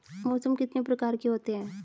मौसम कितने प्रकार के होते हैं?